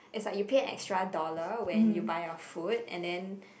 is like you pay an extra dollar when you buy a food and then